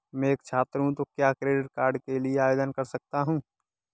मैं एक छात्र हूँ तो क्या क्रेडिट कार्ड के लिए आवेदन कर सकता हूँ?